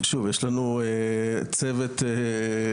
שוב, יש לנו צוות של